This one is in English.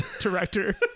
director